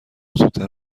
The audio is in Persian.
زودتر